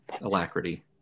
alacrity